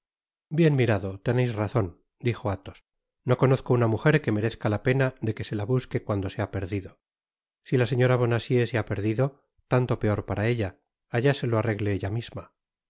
bien mirado teneis razon dijo athos no conozco una muger que merezca la pena de que se la busque cuando se ha perdido si la señora bonacieux se ba perdido tanto peor para ella allá se lo arregle ella misma